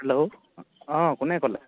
hello অঁ কোনে ক'লে